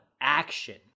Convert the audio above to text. action